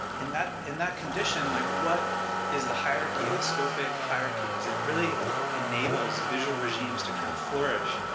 and that in that condition, like what is the hierarchy, the scopic hierarchy? because it really enables visual regimes to kind of flourish,